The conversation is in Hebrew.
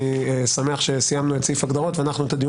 אני שמח שסיימנו את סעיף ההגדרות ואנחנו את הדיון